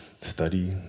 study